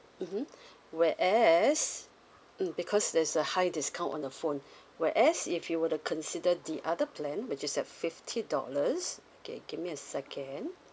mmhmm whereas mm because there's a high discount on the phone whereas if you were to consider the other plan which is at fifty dollars okay give me a second